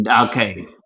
Okay